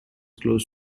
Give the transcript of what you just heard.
close